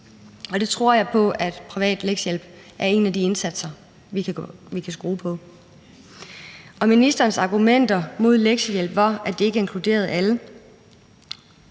Jeg tror på, at privat lektiehjælp er en af de indsatser, vi kan skrue på. Ministerens argumenter imod lektiehjælp var, at det ikke inkluderer alle.